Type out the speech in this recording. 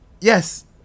Yes